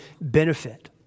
benefit